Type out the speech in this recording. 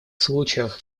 случаях